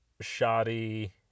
shoddy